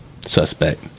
suspect